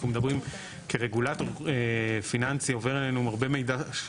אנחנו מדברים כרגולטור פיננסי עובר אלינו הרבה מידע,